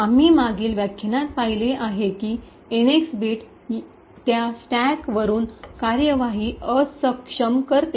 आम्ही मागील व्याख्यानात पाहिले आहे की एनएक्स बिट त्या स्टॅकवरून कार्यवाही अक्षम करते